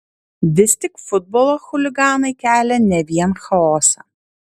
vis tik futbolo chuliganai kelia ne vien chaosą